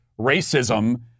racism